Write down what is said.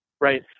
right